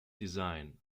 design